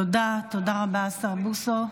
תודה רבה, השר בוסו.